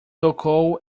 tocou